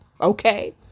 okay